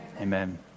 Amen